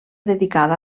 dedicada